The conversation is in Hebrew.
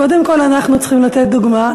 קודם כול אנחנו צריכים לתת דוגמה,